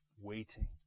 waiting